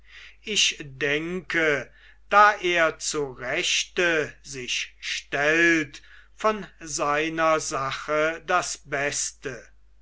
ich denke da er zu rechte sich stellt von seiner sache das beste